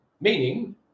meaning